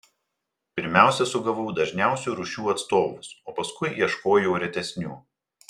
pirmiausia sugavau dažniausių rūšių atstovus o paskui ieškojau retesnių